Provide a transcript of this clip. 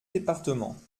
départements